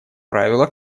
правило